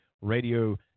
Radio